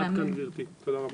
תודה רבה.